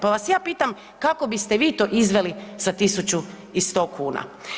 Pa vas ja pitam kako biste vi to izveli sa 1100 kuna.